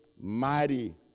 mighty